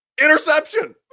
Interception